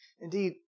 Indeed